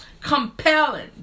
Compelling